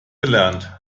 gelernt